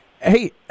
hey